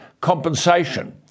compensation